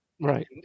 Right